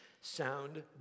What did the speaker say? sound